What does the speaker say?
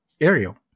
Ariel